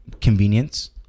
convenience